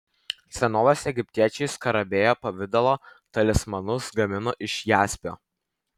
senovės egiptiečiai skarabėjo pavidalo talismanus gamino iš jaspio